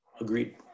Agreed